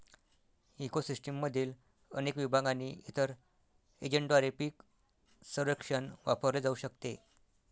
eco सिस्टीममधील अनेक विभाग आणि इतर एजंटद्वारे पीक सर्वेक्षण वापरले जाऊ शकते